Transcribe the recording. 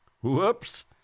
Whoops